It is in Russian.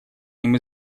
ним